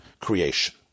creation